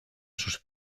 sus